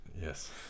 yes